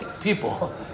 people